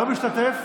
לא משתתף?